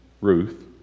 Ruth